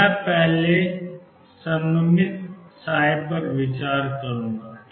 तो मैं पहले सिमिट्रिक पर विचार करूंगा